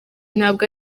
ntabwo